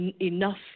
enough